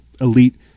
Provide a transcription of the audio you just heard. elite